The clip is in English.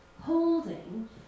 holding